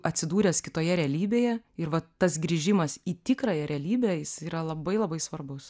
atsidūręs kitoje realybėje ir vat tas grįžimas į tikrąją realybę jis yra labai labai svarbus